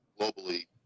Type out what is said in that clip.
globally